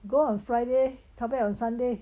go on friday come back on sunday